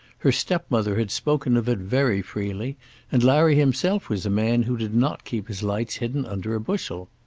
her stepmother had spoken of it very freely and larry himself was a man who did not keep his lights hidden under a bushel.